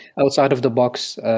outside-of-the-box